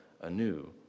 anew